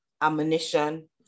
ammunition